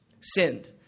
Sinned